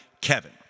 Kevin